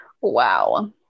Wow